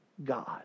God